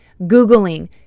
Googling